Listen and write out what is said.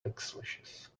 backslashes